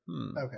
Okay